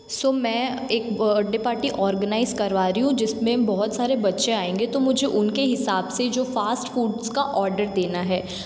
सो मैं एक birthday party organise करवा रही हूँ जिसमें बहुत सारे बच्चे आएंगे तो मुझे उनके हिसाब से जो फास्ट फूड्स का ओर्डर देना है